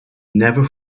never